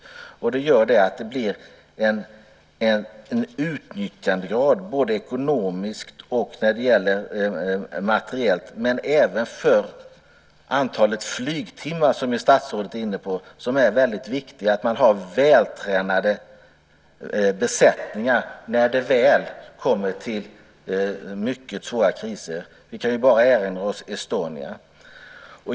Det påverkar utnyttjandegraden, både ekonomiskt och materiellt, men även vad gäller antalet flygtimmar, som statsrådet är inne på. Det är väldigt viktigt att man har vältränade besättningar när det väl kommer till mycket svåra kriser. Vi kan ju erinra oss Estonia.